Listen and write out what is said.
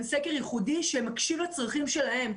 סקר ייחודי שמקשיב לצרכים שלהם,